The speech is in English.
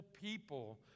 people